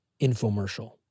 infomercial